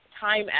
time